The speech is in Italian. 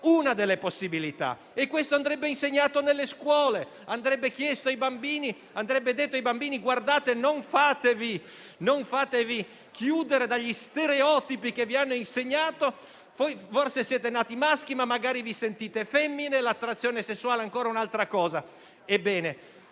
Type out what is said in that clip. una delle possibilità. E questo andrebbe insegnato nelle scuole. Andrebbe detto ai bambini: guardate, non fatevi chiudere negli stereotipi che vi hanno insegnato; forse siete nati maschi, ma magari vi sentite femmine; l'attrazione sessuale è ancora un'altra cosa. Ebbene,